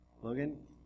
Logan